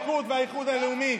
נעלמה המדיניות,